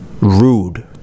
rude